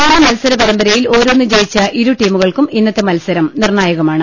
മൂന്നു മത്സര പരമ്പരയിൽ ഓരോന്ന് ജയിച്ച ഇരുടീമുകൾക്കും ഇന്നത്തെ മത്സരം നിർണ്ണായകമാണ്